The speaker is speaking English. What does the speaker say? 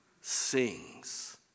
sings